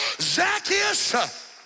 Zacchaeus